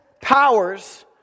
powers